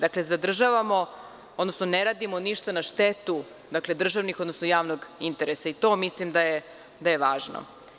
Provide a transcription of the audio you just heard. Dakle, zadržavamo, odnosno ne radimo ništa na štetu državnih, odnosno javnog interesa i to mislim da je važno.